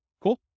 Cool